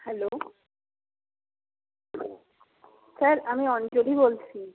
hello sir আমি অঞ্জলি বলছি